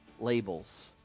labels